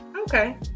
Okay